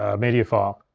ah media file.